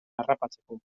harrapatzeko